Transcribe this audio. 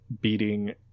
beating